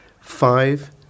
five